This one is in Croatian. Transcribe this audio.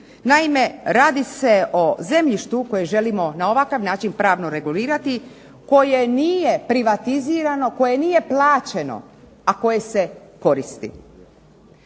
naime radi se o zemljištu koji želimo na ovakav način pravno regulirati koje nije privatizirano, koje nije plaćeno a koje se koristi.